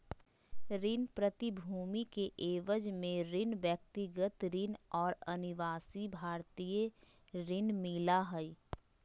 ऋण प्रतिभूति के एवज में ऋण, व्यक्तिगत ऋण और अनिवासी भारतीय ऋण मिला हइ